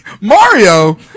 Mario